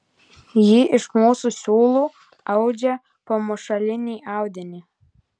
ji iš mūsų siūlų audžia pamušalinį audinį